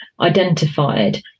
identified